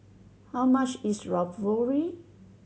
how much is Ravioli